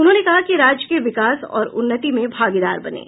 उन्होंने कहा कि राज्य के विकास और उन्नति में भागीदार बनें